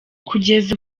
kugeza